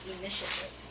initiative